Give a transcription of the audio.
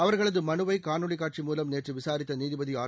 அவர்களது மனுவை காணொலி காட்சி மூலம் நேற்று விசாரித்த நீதிபதி ஆர்